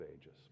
ages